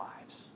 lives